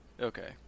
Okay